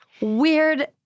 weird